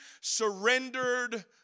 surrendered